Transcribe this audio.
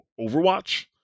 Overwatch